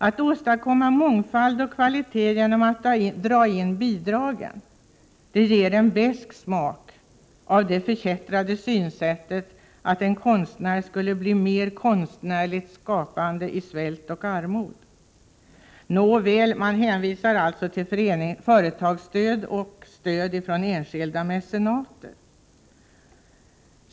Att man vill åstadkomma mångfald och kvalitet genom att dra in bidragen ger en besk smak av det förkättrade synsättet att en konstnär skulle bli mer konstnärligt skapande i svält och armod. Nåväl, man hänvisar alltså till företagsstöd och stöd från enskilda mecenater.